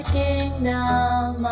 kingdom